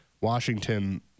Washington –